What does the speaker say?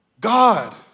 God